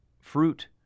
fruit